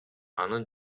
анын